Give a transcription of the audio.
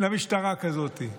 למשטרה כזאת?